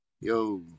Yo